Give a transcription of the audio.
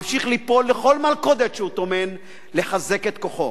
ממשיך ליפול לכל מלכודת שהוא טומן כדי לחזק את כוחו.